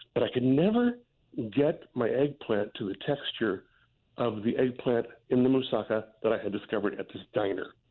but i could never get my eggplant to the texture of the eggplant in the moussaka that i had discovered at this diner.